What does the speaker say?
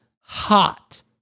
hot